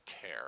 care